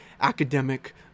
academic